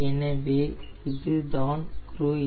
எனவே இதுதான் க்ரூய்ஸ்